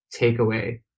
takeaway